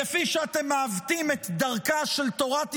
כפי שאתם מעוותים את דרכה של תורת ישראל,